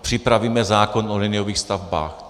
Připravíme zákon o liniových stavbách.